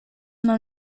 não